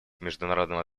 международного